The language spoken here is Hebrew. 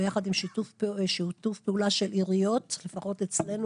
בשיתוף פעולה עם עיריות לפחות אצלנו